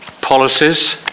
Policies